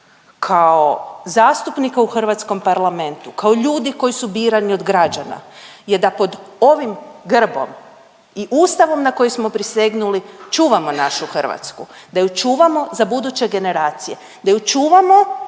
kao zastupnika u Hrvatskom parlamentu, kao ljudi koji su birani od građana je da pod ovim grbom i Ustavom na koji smo prisegnuli, čuvamo našu Hrvatsku. Da ju čuvamo za buduće generacije, da ju čuvamo